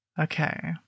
Okay